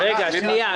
למה?